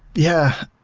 yeah.